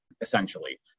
essentially